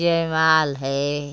जयमाल है